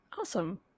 Awesome